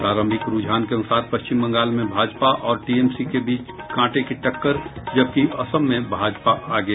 प्रारंभिक रूझान के अनुसार पश्चिम बंगाल में भाजपा और टीएमसी के बीच कांटे की टक्कर जबकि असम में भाजपा आगे